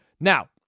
Now